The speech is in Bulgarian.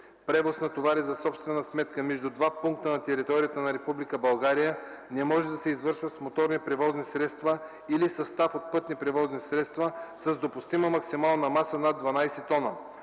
Превоз на товари за собствена сметка между два пункта на територията на Република България не може да се извършва с моторни превозни средства или състав от пътни превозни средства с допустима максимална маса над 12 тона,